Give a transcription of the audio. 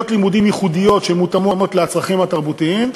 לימודים ייחודיות שמותאמות לצרכים התרבותיים,